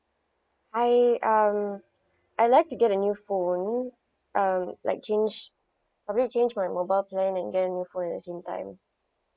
hi um I would like to get a new phone um like change probably change my mobile plan and get a new phone at the same time